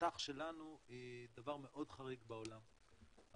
המט"ח שלנו היא דבר מאוד חריג בעולם המפותח.